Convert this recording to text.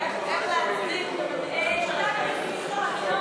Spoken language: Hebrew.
איך להצדיק את המדיניות שלכם.